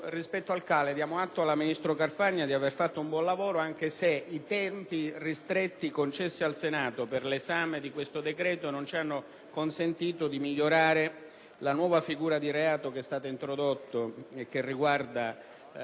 rispetto al quale diamo atto al ministro Carfagna di aver svolto un buon lavoro, anche se i tempi ristretti concessi al Senato per l'esame di questo decreto non hanno consentito di migliorare la nuova figura di reato che è stata introdotta riguardante